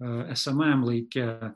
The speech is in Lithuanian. esamajam laike